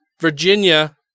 Virginia